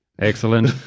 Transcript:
Excellent